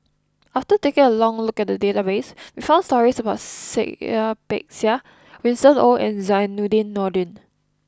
after taking a look at the database we found stories about Seah Peck Seah Winston Oh and Zainudin Nordin